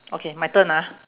okay my turn ah